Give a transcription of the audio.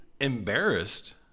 Embarrassed